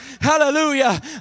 Hallelujah